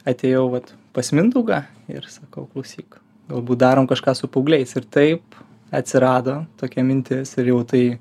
atėjau vat pas mindaugą ir sakau klausyk galbūt darom kažką su paaugliais ir taip atsirado tokia mintis ir jau tai